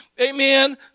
amen